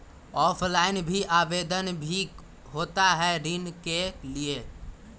Offline भी आवेदन भी होता है ऋण के लिए?